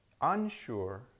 unsure